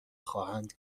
خواهند